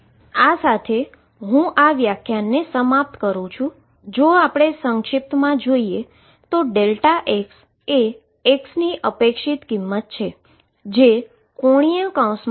તો આ સાથે હું આ વ્યાખ્યાનને સમાપ્ત કરું છું જેનુ આપણે જો સંક્ષીપ્તમા જોઈએ તો x એ x ની એક્સપેક્ટેશન વેલ્યુ છે